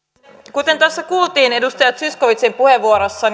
kuten tässä kuultiin edustaja zyskowiczin puheenvuorossa